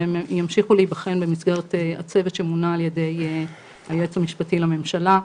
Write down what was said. והם ימשיכו להיבחן במסגרת הצוות שמונה על ידי היועץ המשפטי לממשלה.